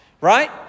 right